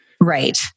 Right